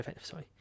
sorry